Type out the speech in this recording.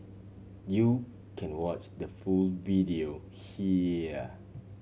you can watch the full video here